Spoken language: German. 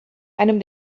einem